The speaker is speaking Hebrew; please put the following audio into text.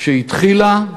שהתחילה,